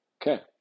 Okay